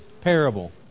parable